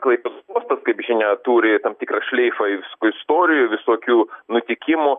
klaipėdos uostas kaip žinia turi tam tikrą šleifą visokių istorijų visokių nutikimų